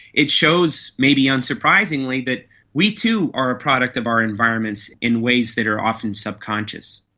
it shows, maybe unsurprisingly, that we too are a product of our environments in ways that are often subconscious.